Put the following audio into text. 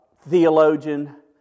theologian